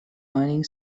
earning